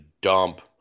dump